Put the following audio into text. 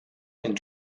and